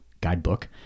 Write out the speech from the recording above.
Guidebook